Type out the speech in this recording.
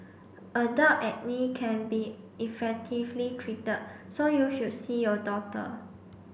adult acne can be effectively treated so you should see your doctor